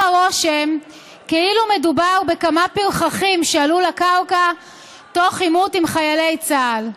הרושם כאילו מדובר בכמה פרחחים שעלו לקרקע תוך עימות עם חיילי צה"ל.